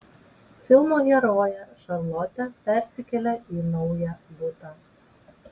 filmo herojė šarlotė persikelia į naują butą